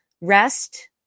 Rest